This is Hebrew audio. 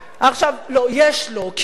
לא, יש לו, כי הוא נואם.